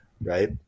right